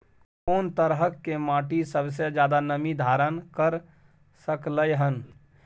कोन तरह के माटी सबसे ज्यादा नमी धारण कर सकलय हन?